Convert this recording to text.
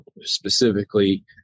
specifically